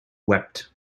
wept